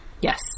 Yes